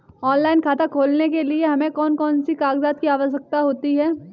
Online खाता खोलने के लिए हमें कौन कौन से कागजात की आवश्यकता होती है?